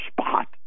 spot